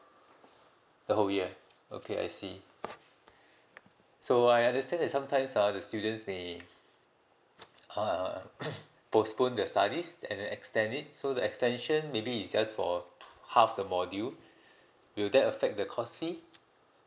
the whole year okay I see so I understand is sometimes ah the students may uh postpone their studies and then extend it so the extension maybe is just for half the module will that affect the course fee